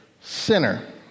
sinner